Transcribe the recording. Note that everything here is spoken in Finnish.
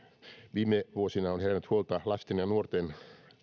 viime vuosina on herännyt huolta lasten ja nuorten